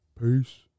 Peace